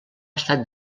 estat